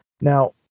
Now